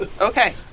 Okay